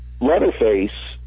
Leatherface